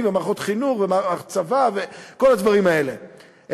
ומערכות חינוך וצבא וכל הדברים האלה,